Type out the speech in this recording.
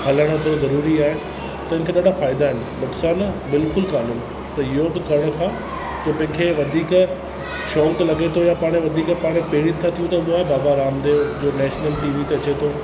हलण थो ज़रूरी आहे त हिन खे ॾाढा फ़ाइदा आहिनि नुक़सान बिल्कुलु कान आहिनि त योगु करण खां जो किथे वधीक शौक़ु लॻे थो यां पाण वधीक पहिरीं था थियूं त बाबा रामदेव जो नेशनल टी वी ते अचे थो